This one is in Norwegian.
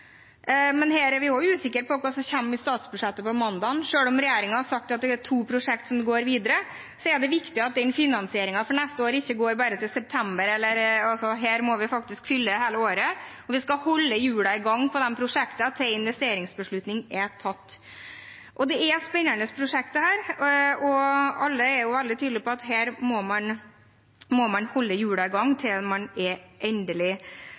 men her er vi også usikre på hva som kommer i statsbudsjettet på mandag. Selv om regjeringen har sagt at dette er to prosjekter som går videre, er det viktig at finansieringen for neste år ikke går bare til september. Her må vi faktisk fylle hele året, og vi skal holde hjulene i gang på de prosjektene til investeringsbeslutning er tatt. Dette er spennende prosjekter, og alle er veldig tydelige på at her må man holde hjulene i gang til man har funnet en endelig